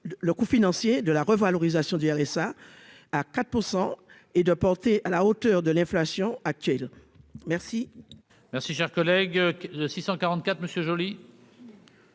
le coût financier de la revalorisation du RSA à 4 % et de porter à la hauteur de l'inflation actuelle merci.